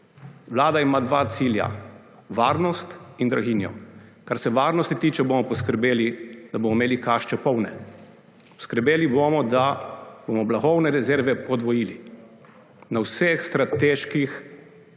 Vlada ima dva cilja, varnost in draginjo. Kar se varnosti tiče, bomo poskrbeli, da bomo imeli kašče polne. Poskrbeli bomo, da bomo blagovne rezerve podvojili na vseh strateških